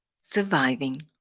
surviving